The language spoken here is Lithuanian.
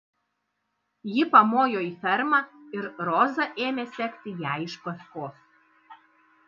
ji pamojo į fermą ir roza ėmė sekti jai iš paskos